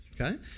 okay